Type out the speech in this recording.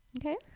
Okay